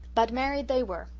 but married they were,